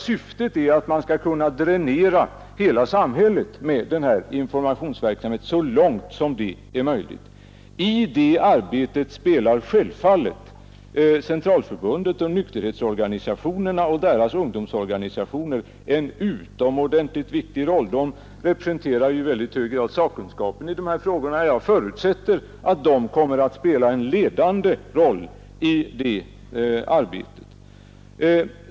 Syftet med den är att dränera hela samhället, så långt som detta är möjligt. I det arbetet spelar självfallet Centralförbundet samt nykterhetsorganisationerna och deras ungdomsorganisationer en utomordentligt viktig roll; de representerar i mycket hög grad sakkunskapen i dessa frågor. Jag förutsätter att de kommer att spela en ledande roll i det arbetet.